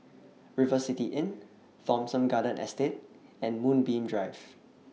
River City Inn Thomson Garden Estate and Moonbeam Drive